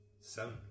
seven